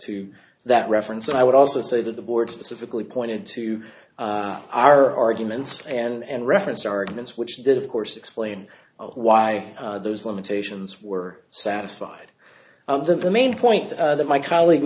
to that reference and i would also say that the board specifically pointed to our arguments and reference arguments which did of course explain why those limitations were satisfied the main point that my colleague